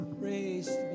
Praise